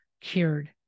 cured